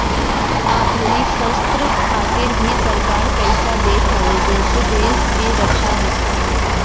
आधुनिक शस्त्र खातिर भी सरकार पईसा देत हवे जेसे देश के रक्षा हो सके